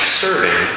serving